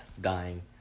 dying